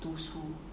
读书